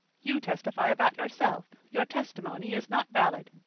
you testify about yourself. your testimony is not valid.